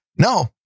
no